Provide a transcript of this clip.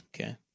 Okay